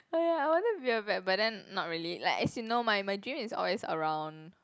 oh ya I wanted to be a vet but then not really like as you know my my dream is always around